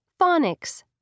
Phonics